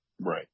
Right